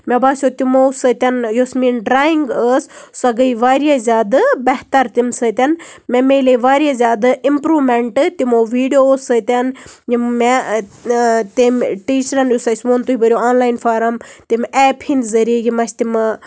مےٚ باسیٚو تِمو سۭتۍ یوٚس میٲنٛۍ ڈرایِنٛگ ٲسۍ سۄ گٔے واریاہ زیادٕ بہتَر تمہِ سۭتۍ مےٚ میلے واریاہ زیادٕ اِمپرومیٚنٹ تِمو ویٖڈیوو سۭتۍ یِم مےٚ تٔمۍ ٹیٖچرَن یُس اَسہِ ووٚن تُہۍ بٔرِو آنلاین فارَم تمہِ ایٚپ ہٕنٛد ذٔریعہٕ یِم اَسہِ تِمہٕ